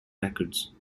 records